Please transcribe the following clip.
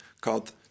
called